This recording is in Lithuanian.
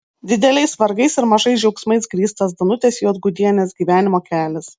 dideliais vargais ir mažais džiaugsmais grįstas danutės juodgudienės gyvenimo kelias